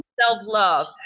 self-love